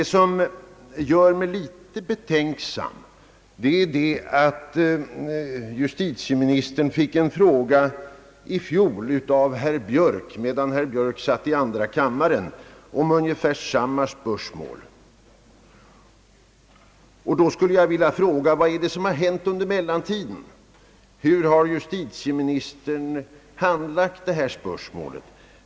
Vad som gör mig något betänksam är det svar som justitieministern i fjol lämnade herr Björk på en fråga om ungefär samma spörsmål medan herr Björk ännu satt i andra kammaren. Jag skulle vilja fråga vad det är som har hänt under mellantiden. Hur har justitieministern handlagt detta spörsmål?